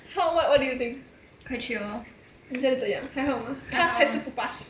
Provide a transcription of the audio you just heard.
how what what do you think 你觉得怎样还好吗 pass 还是不 pass